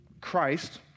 Christ